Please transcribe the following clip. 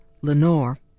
Lenore